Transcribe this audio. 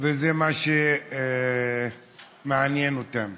וזה מה שמעניין אותם.